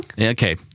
Okay